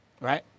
right